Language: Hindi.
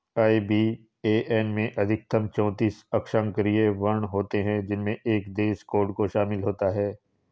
आई.बी.ए.एन में अधिकतम चौतीस अक्षरांकीय वर्ण होते हैं जिनमें एक देश कोड शामिल होता है